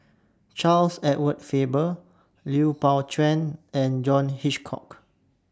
Charles Edward Faber Lui Pao Chuen and John Hitchcock